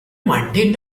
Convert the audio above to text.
monday